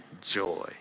joy